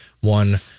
one